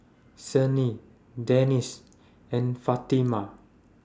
Senin Danish and Fatimah